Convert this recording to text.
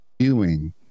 viewing